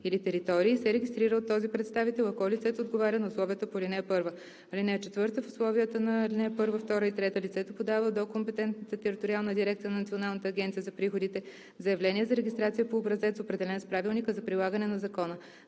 или територии, се регистрира от този представител, ако лицето отговаря на условията по ал. 1. (4) В случаите на ал. 1, 2 и 3 лицето подава до компетентната териториална дирекция на Националната агенция за приходите заявление за регистрация по образец, определен с правилника за прилагане на закона.